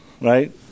right